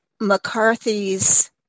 McCarthy's